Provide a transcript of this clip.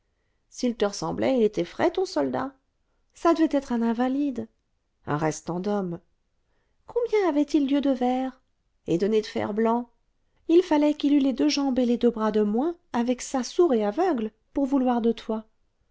s'il te ressemblait il était frais ton soldat ça devait être un invalide un restant d'homme combien avait-il d'yeux de verre et de nez de fer-blanc il fallait qu'il eût les deux jambes et les deux bras de moins avec ça sourd et aveugle pour vouloir de toi